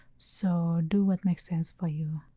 so do what makes sense for you.